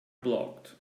blocked